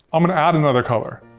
i'm gonna add another color.